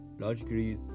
logically